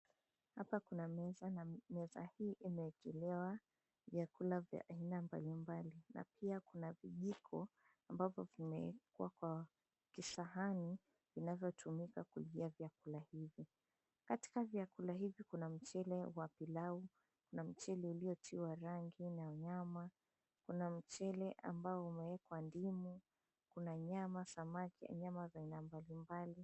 Hapa kuna meza na meza hii imeekelewa vyakula mbali mbali na pia kuna vijiko ambavyo vimewekwa kwenye kisahani zinazotumika kulia vyakula hivi, katika vyakula hivi kuna mchele wa pilau, mchele uliotiwa rangi na nyama, kuna mchele ambao umewekwa ndimu, kuna nyama samaki na nyama za aina mbalimbali.